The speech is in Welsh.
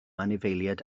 anifeiliaid